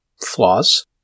flaws